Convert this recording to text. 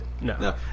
No